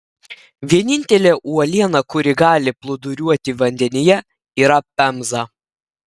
vienintelė uoliena kuri gali plūduriuoti vandenyje yra pemza